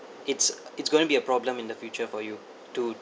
it's uh it's going to be a problem in the future for you to